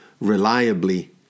reliably